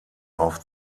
auf